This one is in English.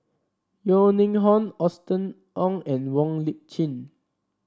Yeo Ning Hong Austen Ong and Wong Lip Chin